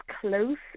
close